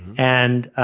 and